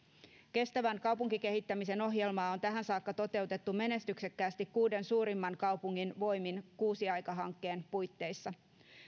kestävän kaupunkikehittämisen ohjelmaa on tähän saakka toteutettu menestyksekkäästi kuuden suurimman kaupungin voimin kuusi aika hankkeen puitteissa